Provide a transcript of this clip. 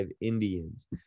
Indians